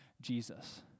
Jesus